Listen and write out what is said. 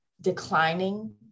declining